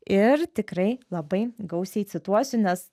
ir tikrai labai gausiai cituosiu nes